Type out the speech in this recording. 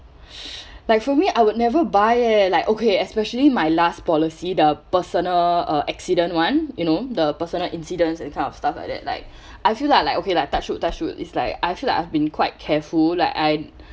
for me I would never buy eh like okay especially my last policy the personal uh accident [one] you know the personal incidents that kind of stuff like that like I feel like like okay lah touch wood touch wood is like I feel like I've been quite careful like I